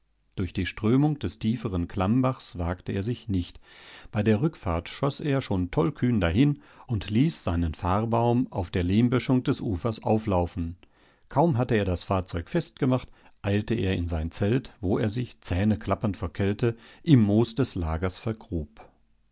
durch die strömung des tieferen klammbachs wagte er sich nicht bei der rückfahrt schoß er schon tollkühn dahin und ließ seinen fahrbaum auf der lehmböschung des ufers auflaufen kaum hatte er das fahrzeug festgemacht eilte er in sein zelt wo er sich zähneklappernd vor kälte im moos des lagers vergrub